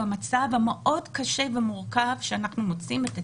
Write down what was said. במצב המאוד קשה ומורכב שאנחנו מוצאים את עצמנו,